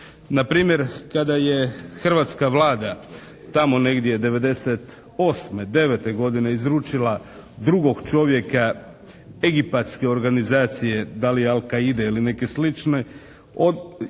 Npr. kada je hrvatska Vlada tamo negdje '98., '99. godine izručila drugog čovjeka egipatske organizacije, da li Al'Quaide ili neke slične